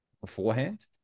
beforehand